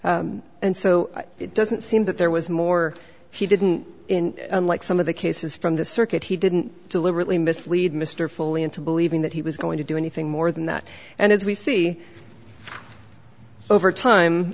court and so it doesn't seem that there was more he didn't like some of the cases from the circuit he didn't deliberately mislead mr foley into believing that he was going to do anything more than that and as we see over time